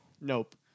Nope